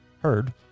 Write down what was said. heard